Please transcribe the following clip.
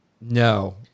No